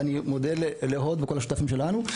ואני מודה להוד ולכל השותפים שלנו.